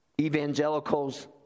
evangelicals